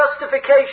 Justification